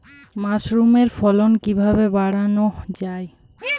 মাসরুমের ফলন কিভাবে বাড়ানো যায়?